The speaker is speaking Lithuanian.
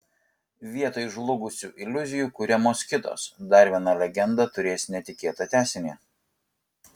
vietoj žlugusių iliuzijų kuriamos kitos dar viena legenda turės netikėtą tęsinį